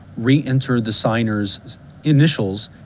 re-enter the signer's initials,